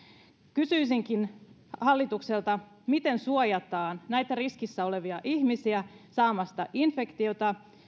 kysyisinkin hallitukselta miten suojataan näitä riskissä olevia ihmisiä saamasta infektiota